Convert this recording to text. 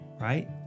Right